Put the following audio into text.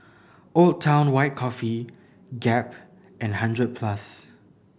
Old Town White Coffee Gap and Hundred Plus